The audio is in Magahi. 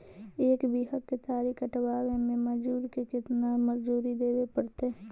एक बिघा केतारी कटबाबे में मजुर के केतना मजुरि देबे पड़तै?